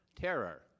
terror